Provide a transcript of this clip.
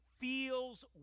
feels